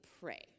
pray